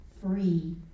free